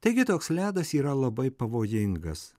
taigi toks ledas yra labai pavojingas